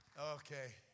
Okay